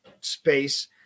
space